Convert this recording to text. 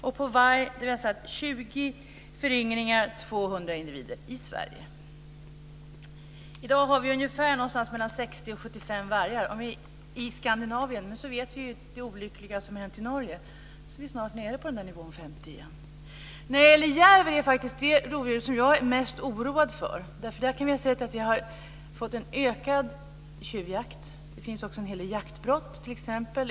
För varg har vi satt 20 föryngringar och 200 individer i Sverige. I dag har vi 60-75 vargar i Skandinavien. Men med det olyckliga som har hänt i Norge är vi snart nere på 50-nivån igen. Det rovdjur som jag är mest oroad för är järv. Tjuvjakten har ökat, och det finns en hel del jaktbrott.